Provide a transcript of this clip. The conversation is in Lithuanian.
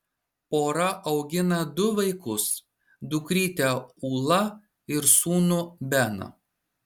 pora augina du vaikus dukrytę ulą ir sūnų beną